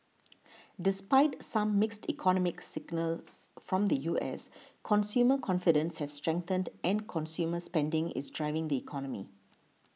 despite some mixed economic signals from the U S consumer confidence has strengthened and consumer spending is driving the economy